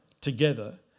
together